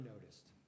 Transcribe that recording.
noticed